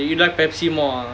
really you like Pepsi more ah